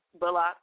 Bullock